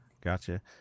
Gotcha